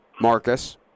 Marcus